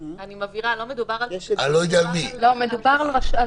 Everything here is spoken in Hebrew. אני מבהירה: לא מדובר על פקחים.